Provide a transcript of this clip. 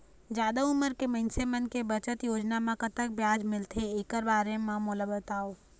जादा उमर के मइनसे मन के बचत योजना म कतक ब्याज मिलथे एकर बारे म मोला बताव?